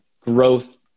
growth